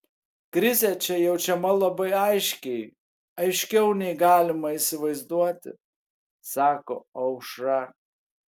krizė čia jaučiama labai aiškiai aiškiau nei galima įsivaizduoti sako aušra